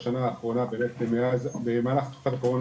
בשנה האחרונה באמת מאז במהלך תקופת הקורונה